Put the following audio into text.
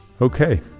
Okay